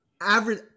average